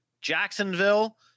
jacksonville